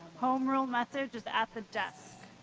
home rule message is at the desk.